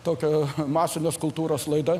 tokia masinės kultūros laida